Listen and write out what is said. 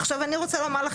עכשיו אני רוצה לומר לך,